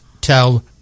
tell